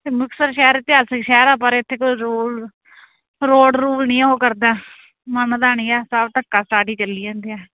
ਅਤੇ ਮੁਕਤਸਰ ਸ਼ਹਿਰ ਇਤਿਹਾਸਕ ਸ਼ਹਿਰ ਆ ਪਰ ਇੱਥੇ ਕੋਈ ਰੁਲ ਰੋਡ ਰੂਲ ਨਹੀਂ ਆ ਉਹ ਕਰਦਾ ਮੰਨਦਾ ਨਹੀਂ ਆ ਸਭ ਧੱਕਾ ਸਟਾਰਟ ਹੀ ਚੱਲੀ ਜਾਂਦੇ ਆ